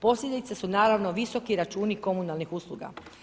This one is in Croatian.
Posljedice su naravno, visoki računi komunalnih usluga.